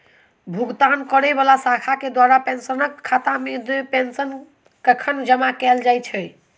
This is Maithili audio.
भुगतान करै वला शाखा केँ द्वारा पेंशनरक खातामे पेंशन कखन जमा कैल जाइत अछि